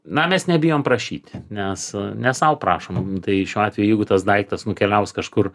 na mes nebijom prašyti nes ne sau prašom tai šiuo atveju jeigu tas daiktas nukeliaus kažkur